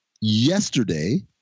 yesterday